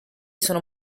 sono